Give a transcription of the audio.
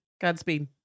Godspeed